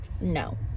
no